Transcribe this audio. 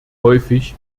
häufig